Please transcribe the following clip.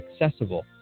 accessible